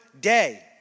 day